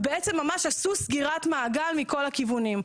בעצם, ממש עשו סגירת מעגל מכל הכיוונים.